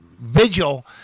vigil